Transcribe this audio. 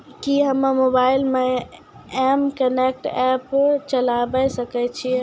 कि हम्मे मोबाइल मे एम कनेक्ट एप्प चलाबय सकै छियै?